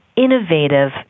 Innovative